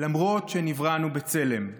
למרות שנבראנו בצלם.